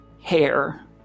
hair